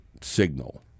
signal